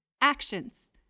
Actions